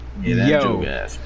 Yo